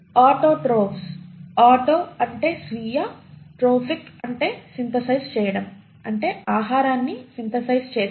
autotrophs "auto" అంటే స్వీయ "trophic" అంటే సింథసైజ్ చేయడం అంటే ఆహారాన్ని సింథసైజ్ చేసేవి